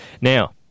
Now